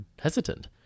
hesitant